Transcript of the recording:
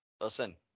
Listen